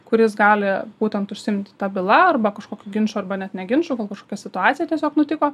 kuris gali būtent užsiimti ta byla arba kažkokių ginčų arba net ne ginču gal kažkokia situacija tiesiog nutiko